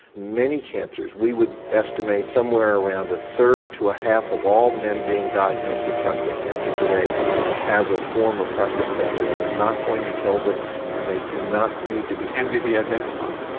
many cancers, we would estimate somewhere around a third to a half of all men being diagnosed with prostate cancer today have a form of prostate cancer that's not going to kill them and they do not need to be. can they be identified?